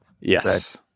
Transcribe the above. Yes